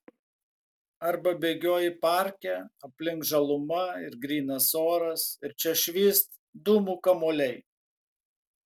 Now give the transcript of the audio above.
arba bėgioji parke aplink žaluma ir grynas oras ir čia švyst dūmų kamuoliai